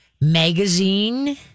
Magazine